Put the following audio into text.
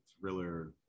thriller